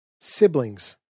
siblings